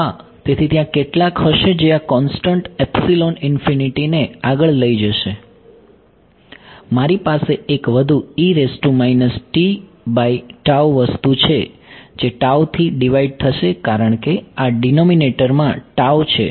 હા તેથી ત્યાં કેટલાક હશે જે આ કોન્સ્ટંટ એપ્સીલોન ઇન્ફીનિટીને આગળ લઇ જશે મારી પાસે એક વધુ વસ્તુ છે જે થી ડીવાઈડ થશે કારણ કે આ ડીનોમીનેટર માં છે